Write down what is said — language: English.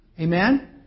Amen